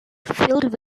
filled